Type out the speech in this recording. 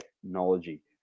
technology